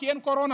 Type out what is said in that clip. כי אין קורונה.